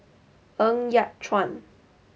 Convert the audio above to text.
Ng Yat Chuan